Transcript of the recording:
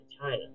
China